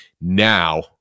Now